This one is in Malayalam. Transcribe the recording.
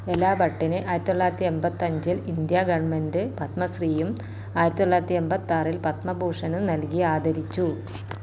എലാ ഭട്ടിന് ആയിരത്തി തൊള്ളായിരത്തി എൺപത്തഞ്ചിൽ ഇൻഡ്യാ ഗവൺമെൻ്റ് പത്മശ്രീയും ആയിരത്തി തൊള്ളായിരത്തി എൺപത്തിയാറിൽ പത്മഭൂഷണും നൽകി ആദരിച്ചു